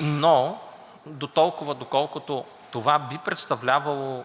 Но дотолкова, доколкото това би представлявало,